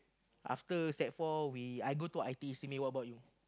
after sec four we I go to I_T_E Simei what about you